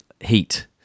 heat